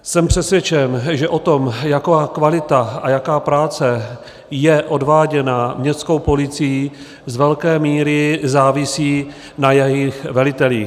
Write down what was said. Jsem přesvědčen, že o tom, jaká kvalita a jaká práce je odváděna městskou policií, z velké míry závisí na jejích velitelích.